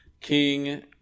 King